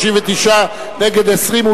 39 נגד 20,